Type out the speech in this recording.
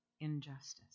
injustice